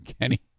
Kenny